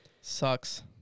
sucks